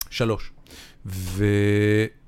שלוש ו...